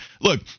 look